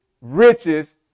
riches